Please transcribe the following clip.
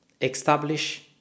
establish